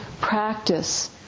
practice